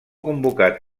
convocat